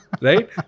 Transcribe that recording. right